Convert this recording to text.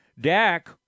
Dak